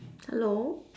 hello